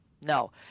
no